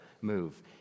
move